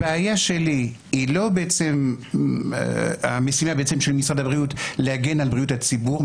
הבעיה שלי היא לא המשימה של משרד הבריאות להגן על בריאות הציבור,